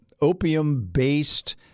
opium-based